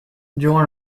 durant